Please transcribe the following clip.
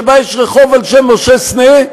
שבה יש רחוב על שם משה סנה,